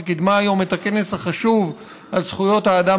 שקידמה היום את הכנס החשוב על זכויות האדם